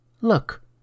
Look